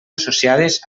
associades